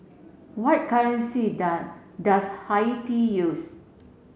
what currency does Haiti use